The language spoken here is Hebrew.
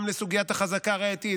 גם בסוגיית החזקה הראייתית,